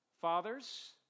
Fathers